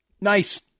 Nice